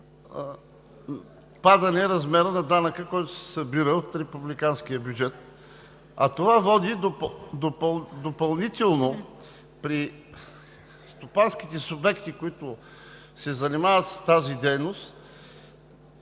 падане размера на данъка, който се събира от републиканския бюджет. Това води при стопанските субекти, които се занимават с тази дейност,